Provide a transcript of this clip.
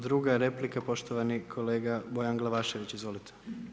Druga je replika poštovani kolega Bojan Glavašević, izvolite.